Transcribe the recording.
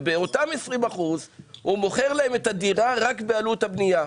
ובאותם 20% הוא מוכר להם את הדירה רק בעלות הבנייה.